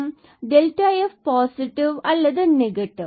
எனவே f sign positive negative